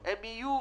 היא צריכה להיות